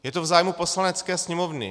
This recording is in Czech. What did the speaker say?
Je to v zájmu Poslanecké sněmovny.